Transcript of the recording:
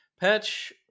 Patch